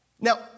Now